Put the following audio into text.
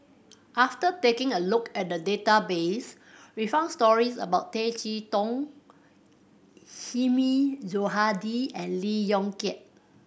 after taking a look at the database we found stories about Tay Chee Toh Hilmi Johandi and Lee Yong Kiat